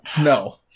No